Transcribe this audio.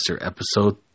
Episode